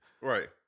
Right